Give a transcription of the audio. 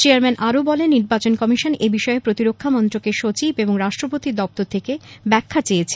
chairman আরও বলেন নির্বাচন কমিশন এবিষয়ে প্রতিরক্ষা মন্ত্রকের সচিব এবং রাষ্ট্রপতি দপ্তর থেকে ব্যাখ্যা চেয়েছে